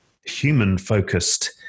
human-focused